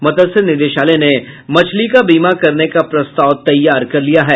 मत्स्य निदेशालय ने मछली का बीमा करने का प्रस्ताव तैयार कर लिया है